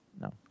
No